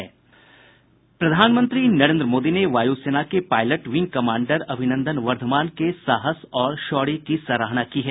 प्रधानमंत्री नरेन्द्र मोदी ने वायु सेना के pilot wing commander Abhinandan Varthaman के साहस और शौर्य की सराहना की है